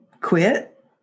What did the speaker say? quit